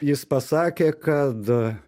jis pasakė kad